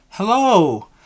Hello